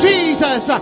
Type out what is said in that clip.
Jesus